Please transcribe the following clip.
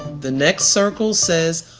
the next circle says,